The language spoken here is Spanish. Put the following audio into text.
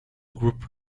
group